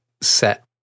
set